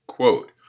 Quote